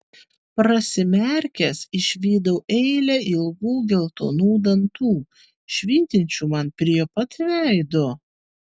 prasimerkęs išvydau eilę ilgų geltonų dantų švytinčių man prie pat veido